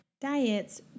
diets